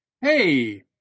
hey